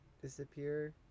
disappear